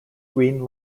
green